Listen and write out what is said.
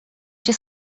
się